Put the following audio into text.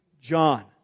John